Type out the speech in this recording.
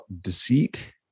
deceit